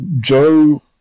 Joe